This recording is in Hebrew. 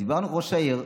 דיברנו עם ראש העיר,